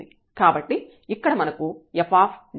కాబట్టి ఇక్కడ మనకు fxy ఉంది